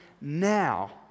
now